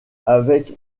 avec